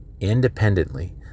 independently